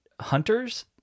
Hunters